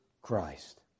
Christ